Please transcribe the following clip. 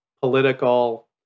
political